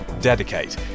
dedicate